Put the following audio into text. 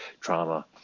trauma